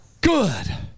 good